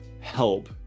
help